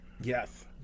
Yes